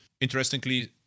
Interestingly